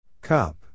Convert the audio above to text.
Cup